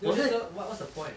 我觉得 what what's the point at